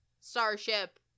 Starship